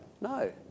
No